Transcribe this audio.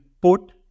put